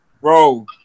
Bro